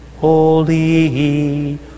Holy